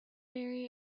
bury